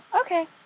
okay